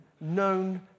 known